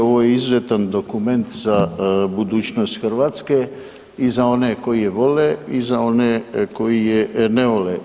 Ovo je izuzetan dokument za budućnost Hrvatske i za one koji je vole i za one koji je ne vole.